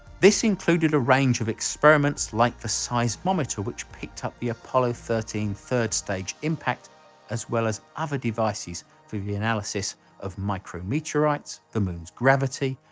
this included a range of experiments like the seismometer which picked up the apollo thirteen third-stage impact as well as other devices through the analysis of micro meteorites, the moon's gravity,